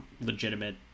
legitimate